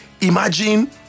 Imagine